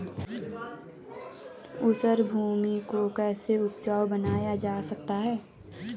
ऊसर भूमि को कैसे उपजाऊ बनाया जा सकता है?